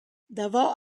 davo